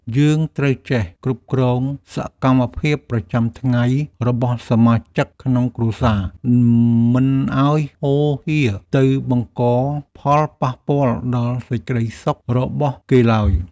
យើងត្រូវចេះគ្រប់គ្រងសកម្មភាពប្រចាំថ្ងៃរបស់សមាជិកក្នុងគ្រួសារមិនឱ្យហូរហៀរទៅបង្កផលប៉ះពាល់ដល់សេចក្តីសុខរបស់គេឡើយ។